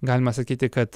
galima sakyti kad